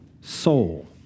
soul